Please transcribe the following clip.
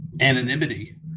anonymity